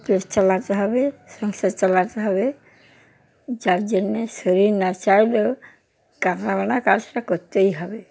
পেট চালাতে হবে সংসার চালাতে হবে যার জন্যে শরীর না চাইলেও রান্না বান্না কাজটা করতেই হবে